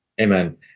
Amen